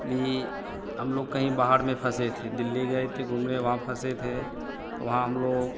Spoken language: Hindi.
भी हम लोग कहीं बाहर में फंसे थे दिल्ली गए थे घूमने वहाँ फंसे थे तो वहाँ हम लोग